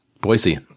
Boise